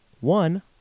one